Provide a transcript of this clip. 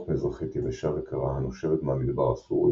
מזרחית יבשה וקרה הנושבת מהמדבר הסורי,